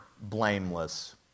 blameless